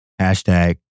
Hashtag